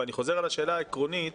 אני חוזר על השאלה העקרונית: